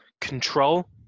control